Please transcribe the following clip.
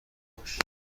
باشی